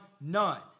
none